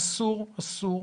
אסור, אסור